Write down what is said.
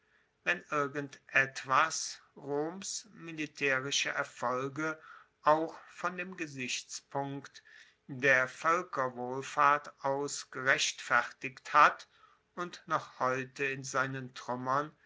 wenn irgendetwas roms militaerische erfolge auch von dem gesichtspunkt der voelkerwohlfahrt aus gerechtfertigt hat und noch heute in seinen truemmern